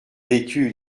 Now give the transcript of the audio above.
vécu